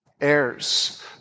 Heirs